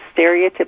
stereotypical